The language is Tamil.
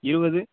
இருபது